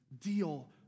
deal